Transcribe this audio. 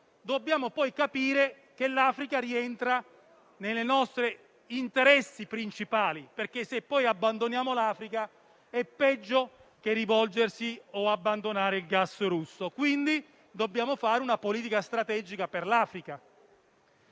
dovremo poi capire che l'Africa rientra nei nostri interessi principali, perché se poi la abbandoniamo è peggio che rivolgerci o abbandonare il gas russo. Dobbiamo quindi fare una politica strategica per l'Africa.